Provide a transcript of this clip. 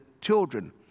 children